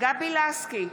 גבי לסקי,